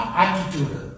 attitude